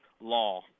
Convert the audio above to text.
law